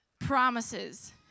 promises